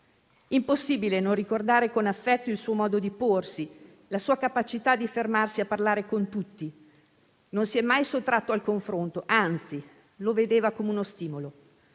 Impossibile non ricordare con affetto il suo modo di porsi, la sua capacità di fermarsi a parlare con tutti. Non si è mai sottratto al confronto, anzi, lo vedeva come uno stimolo.